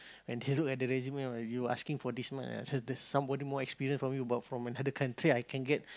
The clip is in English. and he look at the resume you asking for these much ah said there's somebody more experience from you but from another country I can get